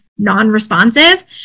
non-responsive